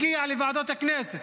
הוא הגיע לוועדת הכנסת,